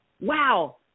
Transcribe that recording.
wow